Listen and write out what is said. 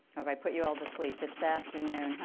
have i put you all to sleep? it's afternoon